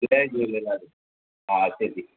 जय झूलेलाल हा अचे थी